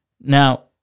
now